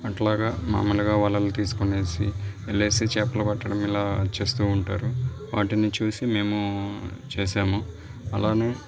అట్లా మాములుగా వలలు తీసుకుని వెళ్ళి చేపలు పట్టడం ఇలా చేస్తు ఉంటారు వాటిని చూసి మేము చేశాము అలాగే